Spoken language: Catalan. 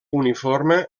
uniforme